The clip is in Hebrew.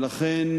לכן